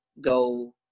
go